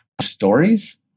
stories